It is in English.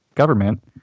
government